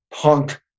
punk